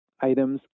items